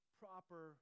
proper